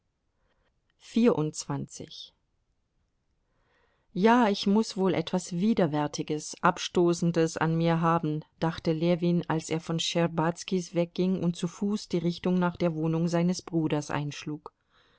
ja ich muß wohl etwas widerwärtiges abstoßendes an mir haben dachte ljewin als er von schtscherbazkis wegging und zu fuß die richtung nach der wohnung seines bruders einschlug